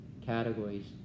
categories